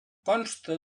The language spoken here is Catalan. consta